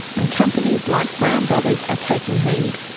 and companies like brown brothers are taking heed.